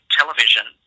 television